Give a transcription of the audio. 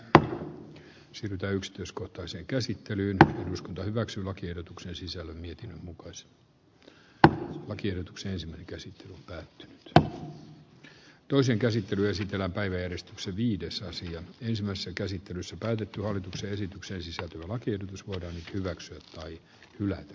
runot sytytä ykstyskohtaiseen käsittelyyn eduskunta hyväksyi lakiehdotuksen sisällön mietinnön mukaiset lakiehdotukseensa käsi tai sitä että toisen käsittely esitellä päiväjärjestyksen viidessä ensimmäisessä käsittelyssä päätetty hallituksen esitykseen sisältyvä lakiehdotus voidaan nyt hyväksyä tai hylätä